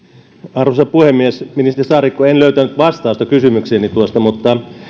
arvoisa puhemies ministeri saarikko en löytänyt vastausta kysymykseeni tuosta mutta